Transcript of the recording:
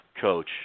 coach